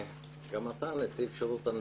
גם אתה, נציב שירות המדינה,